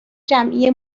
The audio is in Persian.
جمعی